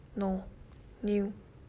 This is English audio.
no new